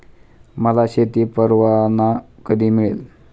मला शेती परवाना कधी मिळेल?